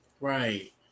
Right